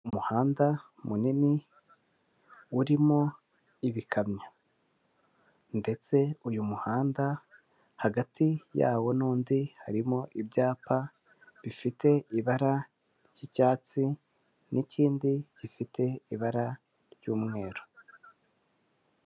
Umuhanda munini urimo ibikamyo, ndetse uyu muhanda hagati yawo n'undi harimo ibyapa, bifite ibara ry'icyatsi, n'ikindi gifite ibara ry'umweru.